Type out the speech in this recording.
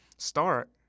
start